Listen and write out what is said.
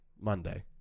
Monday